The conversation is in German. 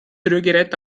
rührgerät